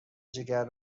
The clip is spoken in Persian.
جگر